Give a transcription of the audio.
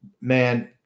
man